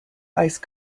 ice